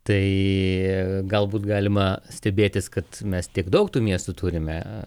tai gal būt galima stebėtis kad mes tiek daug tų miestų turime